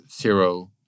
zero